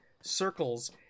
circles